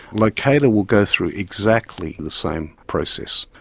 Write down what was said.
locata will go through exactly the same process,